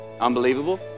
Unbelievable